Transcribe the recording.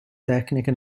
tecniche